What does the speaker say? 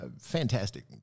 fantastic